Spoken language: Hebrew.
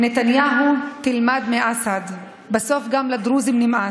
"נתניהו, תלמד מאסד: בסוף גם לדרוזים נמאס".